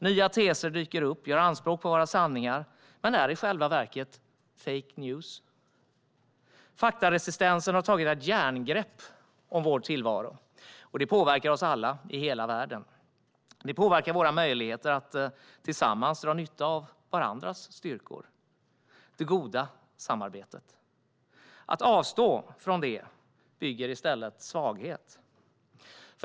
Nya teser dyker upp och gör anspråk på våra sanningar men är i själva verket fake news. Faktaresistensen har tagit ett järngrepp om vår tillvaro, och det påverkar oss alla - i hela världen. Det påverkar våra möjligheter att dra nytta av varandras styrkor. Att avstå från det goda samarbetet leder i stället till svaghet.